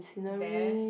there